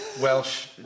welsh